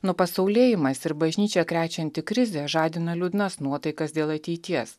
nupasaulėjimas ir bažnyčią krečianti krizė žadina liūdnas nuotaikas dėl ateities